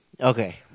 Okay